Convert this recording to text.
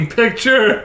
picture